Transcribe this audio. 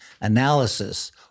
analysis